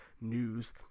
news